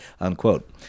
unquote